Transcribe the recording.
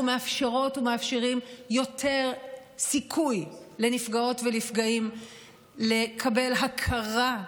אנחנו מאפשרות ומאפשרים יותר סיכוי לנפגעות ונפגעים לקבל הכרה,